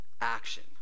action